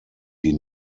die